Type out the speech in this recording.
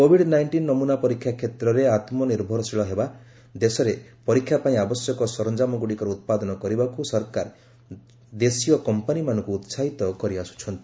Covid nineteen ନମୁନା ପରୀକ୍ଷା କ୍ଷେତ୍ରରେ ଆତ୍ମନିର୍ଭରଶୀଳ ହେବା ପାଇଁ ଦେଶରେ ପରୀକ୍ଷା ପାଇଁ ଆବଶ୍ୟକ ସରଞ୍ଜାମଗୁଡ଼ିକର ଉତ୍ପାଦନ କରିବାକୁ ସରକାର ଦେଶୀୟ କମ୍ପାନୀମାନଙ୍କୁ ଉସାହିତ କରି ଆସୁଛନ୍ତି